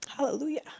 Hallelujah